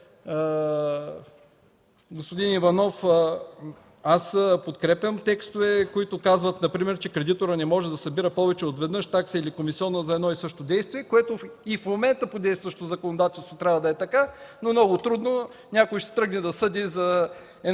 Господин Иванов, аз подкрепям текстове, които казват например, че кредиторът не може да събира повече от веднъж такса или комисиона за едно и също действие, което и в момента по действащото законодателство трябва да е така, но много трудно някой ще тръгне да съди банката